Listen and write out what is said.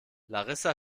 larissa